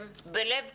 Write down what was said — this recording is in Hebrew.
הם בלב כולנו,